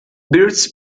birds